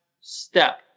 step